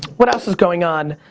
what else is going on?